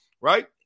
Right